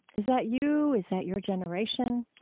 is that you? is that your generation?